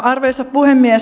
arvoisa puhemies